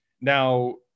Now